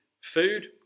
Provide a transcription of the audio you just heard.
Food